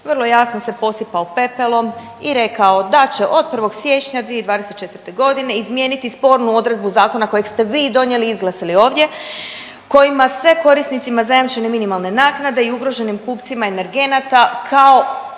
vrlo jasno se posipao pepelom i rekao da će od 1. siječnja 2024. godine izmijeniti spornu odredbu zakona kojeg ste vi donijeli i izglasali ovdje kojima se korisnicima zajamčene minimalne naknade i ugroženim kupcima energenata kao